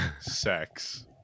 sex